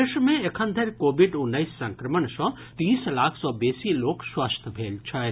देश मे एखन धरि कोविड उन्नैस संक्रमण सँ तीस लाख सँ बेसी लोक स्वस्थ भेल छथि